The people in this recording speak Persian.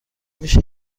میشه